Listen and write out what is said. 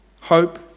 hope